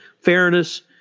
fairness